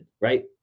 right